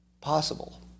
Possible